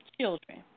children